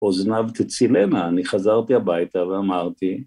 אוזניו תצילנה, אני חזרתי הביתה ואמרתי